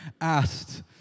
asked